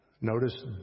notice